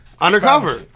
undercover